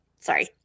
sorry